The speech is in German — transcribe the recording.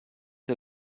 der